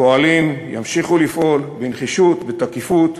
פועלים, ימשיכו לפעול, בנחישות, בתקיפות,